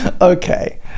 okay